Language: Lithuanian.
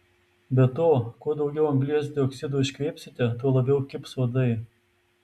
be to kuo daugiau anglies dioksido iškvėpsite tuo labiau kibs uodai